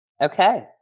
Okay